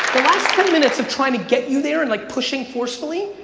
last ten minutes of trying to get you there and like pushing forcefully,